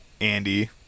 Andy